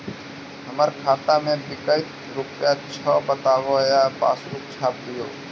हमर खाता में विकतै रूपया छै बताबू या पासबुक छाप दियो?